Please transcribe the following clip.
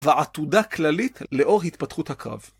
ועתודה כללית לאור התפתחות הקרב.